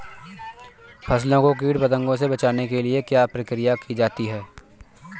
फसलों को कीट पतंगों से बचाने के लिए क्या क्या प्रकिर्या की जाती है?